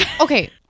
okay